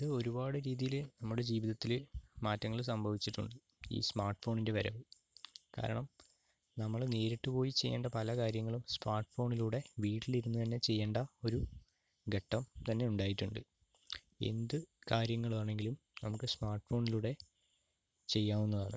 ഇത് ഒരുപാട് രീതിയില് നമ്മുടെ ജീവിതത്തില് മാറ്റങ്ങൾ സംഭവിച്ചിട്ടുണ്ട് ഈ സ്മാർട്ട് ഫോണിൻ്റെ വരവ് കാരണം നമ്മൾ നേരിട്ട് പോയി ചെയ്യേണ്ട പല കാര്യങ്ങളും സ്മാർട്ട് ഫോണിലൂടെ വീട്ടിലിരുന്നു തന്നെ ചെയ്യേണ്ട ഒരു ഘട്ടം തന്നെ ഉണ്ടായിട്ടുണ്ട് എന്ത് കാര്യങ്ങളാണെങ്കിലും നമുക്ക് സ്മാർട്ട് ഫോണിലൂടെ ചെയ്യാവുന്നതാണ്